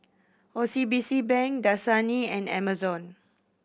O C B C Bank Dasani and Amazon